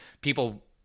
people